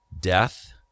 death